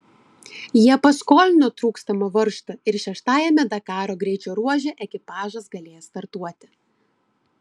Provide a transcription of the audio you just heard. jie paskolino trūkstamą varžtą ir šeštajame dakaro greičio ruože ekipažas galės startuoti